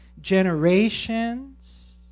generations